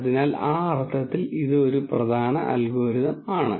അതിനാൽ ആ അർത്ഥത്തിൽ ഇത് ഒരു പ്രധാന അൽഗോരിതം ആണ്